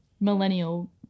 millennial